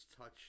touch